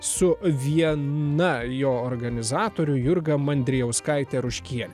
su viena jo organizatorių jurga mandrijauskaitė ruškienė